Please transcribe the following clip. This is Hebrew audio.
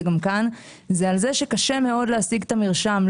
גם כאן זה על זה שקשה מאוד להשיג את המרשם.